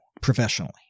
professionally